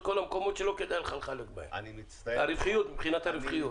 כל המקומות שלא כדאי לך לחלק בהם מבחינת הרווחיות.